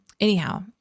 Anyhow